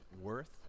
worth